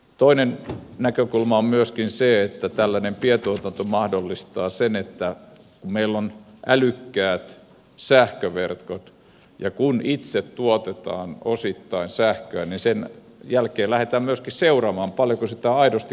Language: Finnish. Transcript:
toinen näkökulma on myöskin se että tällainen pientuotanto mahdollistaa sen että kun meillä on älykkäät sähköverkot ja kun itse tuotetaan osittain sähköä niin sen jälkeen lähdetään myöskin seuraamaan paljonko sitä aidosti kulutetaan